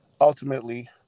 ultimately